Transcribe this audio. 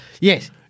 Yes